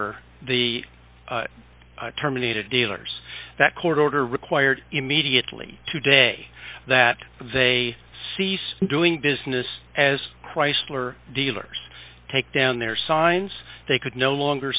the terminated dealers that court order required immediately to day that they cease doing business as chrysler dealers take down their signs they could no longer